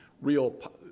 real